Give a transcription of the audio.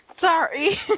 Sorry